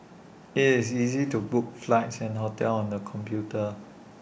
IT is easy to book flights and hotels on the computer